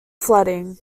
flooding